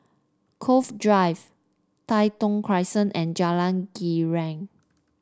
Cove Drive Tai Thong Crescent and Jalan Girang